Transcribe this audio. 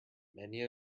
many